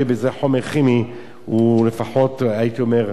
זה לפחות, הייתי אומר הרע, אבל במיעוטו קצת.